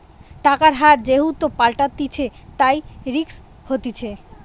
টাকার হার যেহেতু পাল্টাতিছে, তাই রিস্ক হতিছে